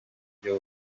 byo